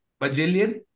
bajillion